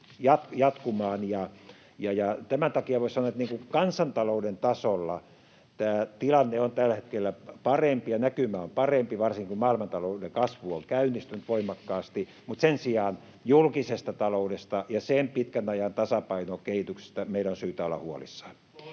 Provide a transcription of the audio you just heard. tämän takia voisi sanoa, että kansantalouden tasolla tilanne on tällä hetkellä parempi ja näkymä on parempi, varsinkin kun maailmantalouden kasvu on käynnistynyt voimakkaasti, mutta sen sijaan julkisesta taloudesta ja sen pitkän ajan tasapainokehityksestä meidän on syytä olla huolissamme.